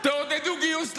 תעודדו גיוס לצה"ל.